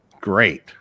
great